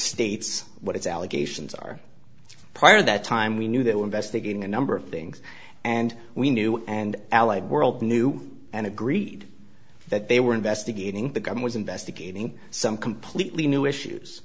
states what its allegations are prior to that time we knew they were investigating a number of things and we knew and allied world knew and agreed that they were investigating the gum was investigating some completely new issues